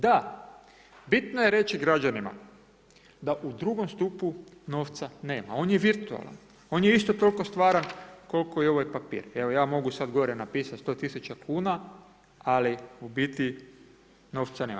Da, bitno je reći građanima da u drugom stupu novca nema, on je virtualan, on je isto toliko stvaran koliko i ovaj papir, evo ja mogu sad gore napisati 100 tisuća kuna, ali u biti novca nema.